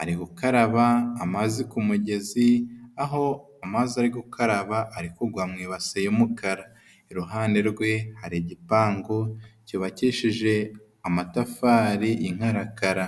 ari gukaraba amazi ku mugezi aho amazi ari gukaraba arikugwa mu ibasi y'umukara, iruhande rwe hari igipangu cyubakishije amatafari y'inkarakara.